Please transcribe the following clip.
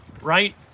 right